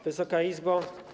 Wysoka Izbo!